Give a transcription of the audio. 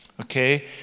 okay